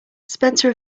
spencer